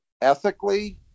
ethically